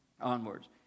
onwards